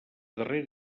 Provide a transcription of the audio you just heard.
darrere